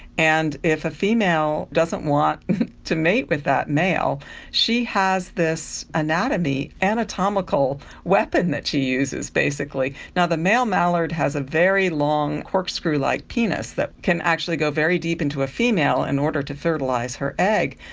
and if a female doesn't want to mate with that male, she has this anatomy, anatomical weapon that she uses basically. the male mallard has a very long corkscrew-like penis that can actually go very deep into a female in order to fertilise her egg,